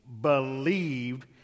believed